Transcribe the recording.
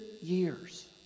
years